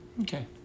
Okay